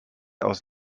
aus